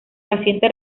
paciente